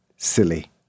Silly